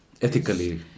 Ethically